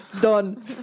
Done